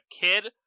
kid